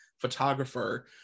photographer